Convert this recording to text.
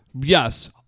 Yes